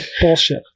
Bullshit